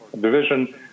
division